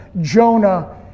Jonah